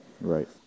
Right